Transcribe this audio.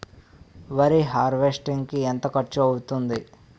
వరి హార్వెస్టింగ్ కి ఎంత ఖర్చు అవుతుంది?